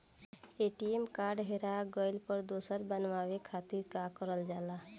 ATM card हेरा गइल पर दोसर बनवावे खातिर का करल जाला?